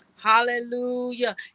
Hallelujah